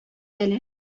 әле